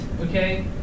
okay